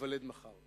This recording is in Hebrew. שייוולד מחר.